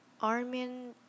Armin